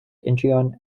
incheon